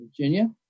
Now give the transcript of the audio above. Virginia